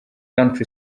country